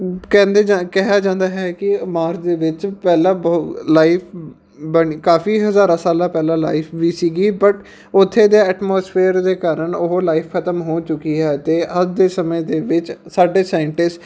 ਕਹਿੰਦੇ ਜਾ ਕਿਹਾ ਜਾਂਦਾ ਹੈ ਕਿ ਮਾਰਸ ਦੇ ਵਿੱਚ ਪਹਿਲਾਂ ਵਹੁ ਲਾਈਵ ਬਣ ਕਾਫੀ ਹਜ਼ਾਰਾਂ ਸਾਲਾਂ ਪਹਿਲਾਂ ਲਾਈਫ ਵੀ ਸੀਗੀ ਬਟ ਉੱਥੇ ਦੇ ਐਟਮੋਸਫੇਅਰ ਦੇ ਕਾਰਨ ਉਹ ਲਾਈਫ ਖਤਮ ਹੋ ਚੁੱਕੀ ਹੈ ਅਤੇ ਅੱਜ ਦੇ ਸਮੇਂ ਦੇ ਵਿੱਚ ਸਾਡੇ ਸਾਇੰਟਿਸਟ